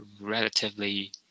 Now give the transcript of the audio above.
relatively